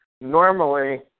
Normally